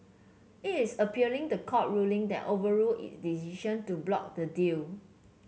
it is appealing the court ruling that overruled it decision to block the deal